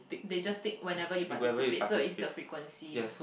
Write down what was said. they just tick whenever you participate so is the frequency